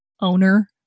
owner